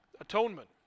atonement